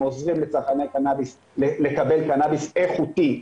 עוזרים לצרכני קנאביס לקבל קנאביס איכותי.